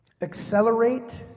accelerate